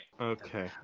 okay